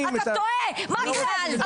רוב הארגונים --- אתה טועה, מקלב.